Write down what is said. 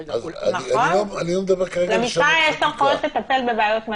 אני לא מדבר כרגע על שינוי חקיקה.